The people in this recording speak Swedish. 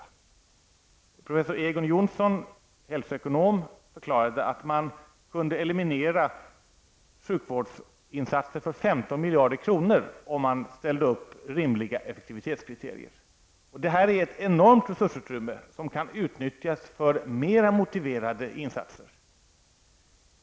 Hälsoekonomen Egon Jonsson förklarade att man kunde eliminera sjukvårdsinsatser för 15 miljarder kronor om man ställde upp rimliga effektivitetskriterier. Det är ett enormt resursutrymme som kan utnyttjas för mera motiverade insatser.